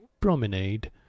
promenade